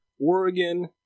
Oregon